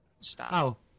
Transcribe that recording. Stop